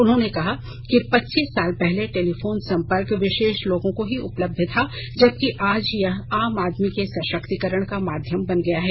उन्होंने कहा है कि पच्चीस साल पहले टेलीफोन संपर्क विशेष लोगों को ही उपलब्ध था जबकि आज यह आम आदमी के सशक्तीकरण का माध्यम बन गया है